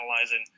analyzing